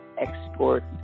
export